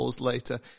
later